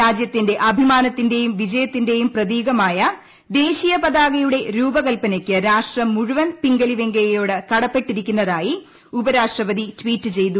രാജ്യത്തിന്റെ അഭിമാനത്തിന്റെയും വിജയത്തിന്റെയും പ്രതീകമായ ദേശീയ പതാകയുടെ രൂപകല്പനയ്ക്ക് രാഷ്ട്രം മുഴുവൻ പിംഗലി വെങ്കയ്യോട് കടപ്പെട്ടിരിക്കുന്നതായി ഉപരാഷ്ട്രപതി ട്വീറ്റ് ചെയ്തു